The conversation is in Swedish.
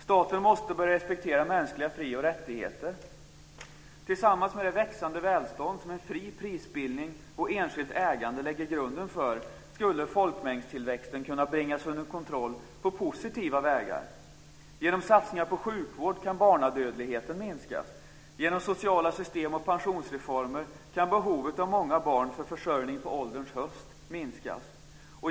Staten måste börja respektera mänskliga frioch rättigheter. Tillsammans med det växande välstånd som en fri prisbildning och enskilt ägande lägger grunden för skulle folkmängdstillväxten kunna bringas under kontroll på positiva vägar. Genom satsningar på sjukvård kan barnadödligheten minskas. Genom sociala system och pensionsreformer kan behovet av många barn för försörjning på ålderns höst minska.